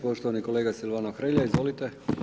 Poštovani kolega Silvano Hrelja, izvolite.